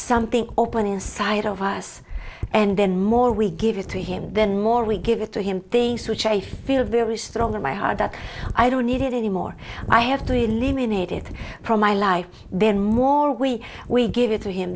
something open inside of us and then more we give it to him then more we give it to him things which a feel very strong in my heart that i don't need it any more i have to eliminate it from my life then more we we give it to him